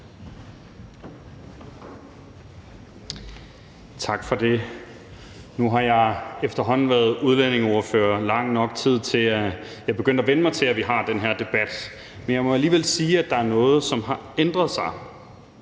Tak for det. Nu har jeg efterhånden været udlændingeordfører i lang nok tid til, at jeg er begyndt at vænne mig til, at vi har den her debat, men jeg må alligevel sige, at der er noget, som har ændret sig.